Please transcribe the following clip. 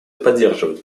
поддерживают